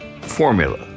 formula